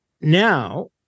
now